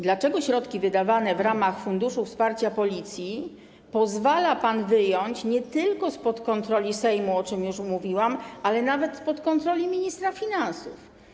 Dlaczego środki wydawane w ramach Funduszu Wsparcia Policji pozwala pan wyjąć nie tylko spod kontroli Sejmu, o czym już mówiłam, ale nawet spod kontroli ministra finansów?